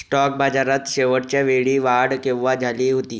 Stock बाजारात शेवटच्या वेळी वाढ केव्हा झाली होती?